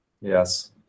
Yes